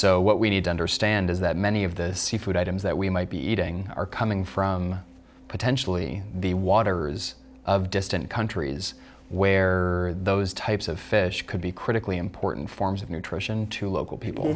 so what we need to understand is that many of the seafood items that we might be eating are coming from potentially the waters of distant countries where are those types of fish could be critically important forms of nutrition to local people